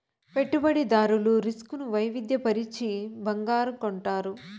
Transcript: పెట్టుబడిదారులు రిస్క్ ను వైవిధ్య పరచి బంగారం కొంటారు